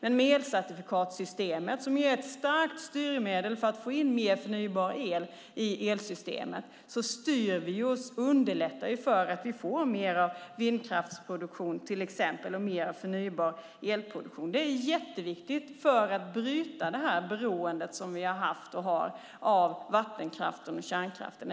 Elcertifikatssystemet är ett starkt styrmedel för att få in mer förnybar el i elsystemet. Därmed underlättas för oss att få mer av vindkraftsproduktion och mer förnybar elproduktion. Det är viktigt för att bryta beroendet av vattenkraften och kärnkraften.